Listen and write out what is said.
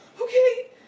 okay